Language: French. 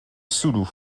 sulu